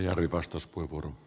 arvoisa puhemies